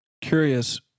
Curious